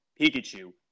Pikachu